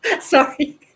Sorry